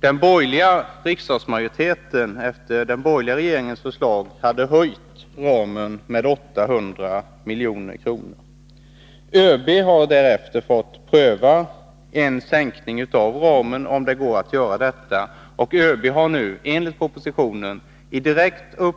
Den borgerliga riksdagsmajoriteten hade, enligt den borgerliga regeringens förslag, ökat ramen med 800 milj.kr. ÖB har därefter fått pröva om det går att sänka ramen, och enligt propositionen har ÖB nu,